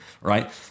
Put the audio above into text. right